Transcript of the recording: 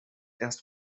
erst